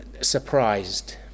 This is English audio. surprised